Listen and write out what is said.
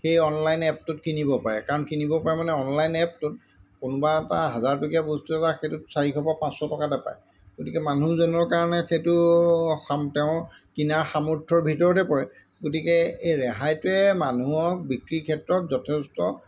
সেই অনলাইন এপটোত কিনিব পাৰে কাৰণ কিনিব পাৰে মানে অনলাইন এপটোত কোনোবা এটা হাজাৰ টকীয়া বস্তু এটা সেইটোত চাৰিশ বা পাঁচশ টকাতে পায় গতিকে মানুহজনৰ কাৰণে সেইটো তেওঁ কিনাৰ সামৰ্থৰ ভিতৰতে পৰে গতিকে এই ৰেহাইটোৱে মানুহক বিক্ৰী ক্ষেত্ৰত যথেষ্ট